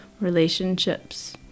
relationships